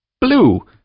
Blue